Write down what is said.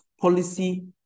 policy